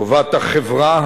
חובת החברה,